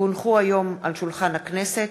כי הונחו היום על שולחן הכנסת,